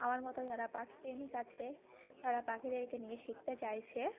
আমার মতো যারা পাখি প্রেমিক আছে যারা পাখিদেরকে নিয়ে শিকতে চাইছে